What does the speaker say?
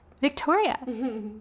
Victoria